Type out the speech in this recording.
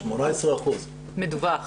18%. בפעם האחרונה.